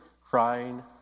crying